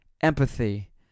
Empathy